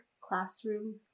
classroom